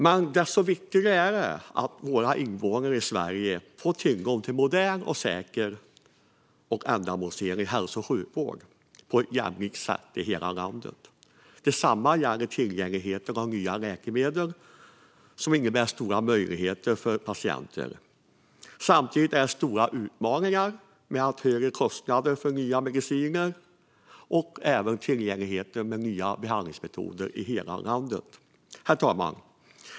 Det är viktigt att invånare i Sverige får tillgång till modern, säker och ändamålsenlig hälso och sjukvård på ett jämlikt sätt i hela landet. Detsamma gäller tillgängligheten till nya läkemedel, som innebär stora möjligheter för patienten. Samtidigt finns det stora utmaningar med allt högre kostnader för nya mediciner och tillgång till nya behandlingsmetoder över hela landet. Herr talman!